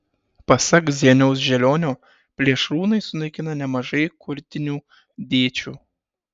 pasak zeniaus želionio plėšrūnai sunaikina nemažai kurtinių dėčių